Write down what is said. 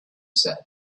said